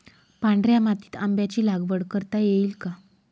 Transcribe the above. पांढऱ्या मातीत आंब्याची लागवड करता येईल का?